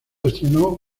estrenó